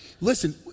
listen